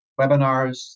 webinars